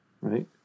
Right